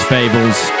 Fables